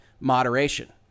moderation